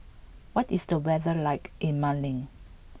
what is the weather like in Mali